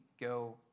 go